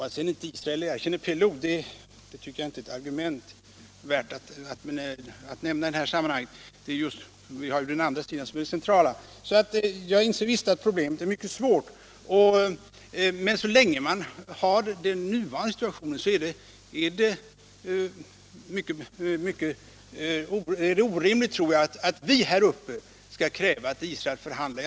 Att sedan Israel inte erkänner PLO tycker jag inte är något argument värt att nämna i det här sammanhanget. Den andra sidan är den centrala. Jag inser visst att problemet är mycket svårt. Men så länge den nuvarande situationen råder är det orimligt, tror jag, att vi här uppe skall kräva att Israel förhandlar.